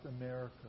America